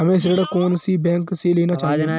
हमें ऋण कौन सी बैंक से लेना चाहिए?